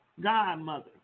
Godmother